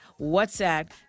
WhatsApp